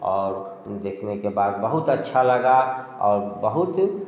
और देखने के बाद बहुत अच्छा लगा और बहुत